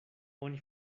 oni